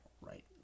right